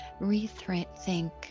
rethink